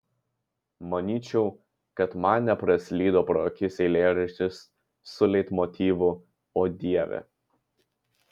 manyčiau kad man nepraslydo pro akis eilėraštis su leitmotyvu o dieve